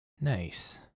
Nice